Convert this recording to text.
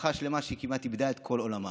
משפחה שלמה שכמעט איבדה את כל עולמה.